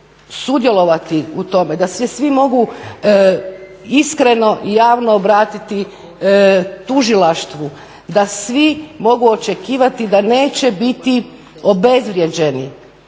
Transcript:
sudjelovati u tome, da svi mogu iskreno i javno obratiti tužilaštvu, da svi mogu očekivati da neće biti obezvrijeđeni,